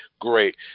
great